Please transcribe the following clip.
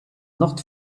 not